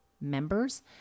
members